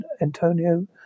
Antonio